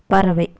பறவை